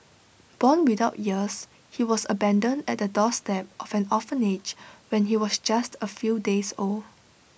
born without ears he was abandoned at the doorstep of an orphanage when he was just A few days old